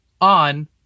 on